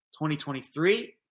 2023